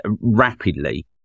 rapidly